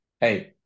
hey